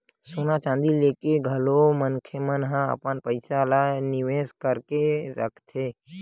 सोना चांदी लेके घलो मनखे मन ह अपन पइसा ल निवेस करके रखथे